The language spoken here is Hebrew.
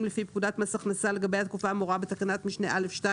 לפי פקודת מס הכנסה לגבי התקופה האמורה בתקנת משנה (א)(2)